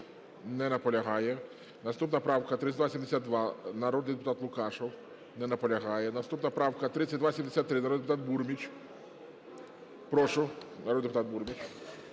Не наполягає. Наступна правка 3272, народний депутат Лукашев. Не наполягає. Наступна правка 3273, народний депутат Бурміч. Прошу, народний депутат Бурміч.